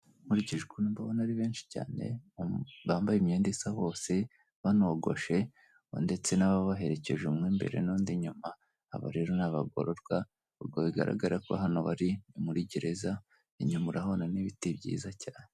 Nkurikije ukuntu mbabona ari benshi cyane, bambaye imyenda isa bose, banogoshe ndetse n'ababaherekeje umwe imbere n'undi inyuma, aba rero ni abagororwa, ubwo bigaragara ko hano bari ni muri gereza, inyuma urahabonamo ibiti byiza cyane.